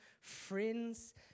friends